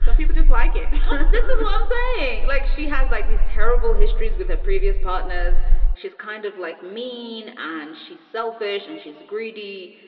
so people just like it was one saying like she has like these terrible histories with a previous partners she's kind of like mean and she's selfish and she's greedy.